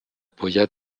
powiat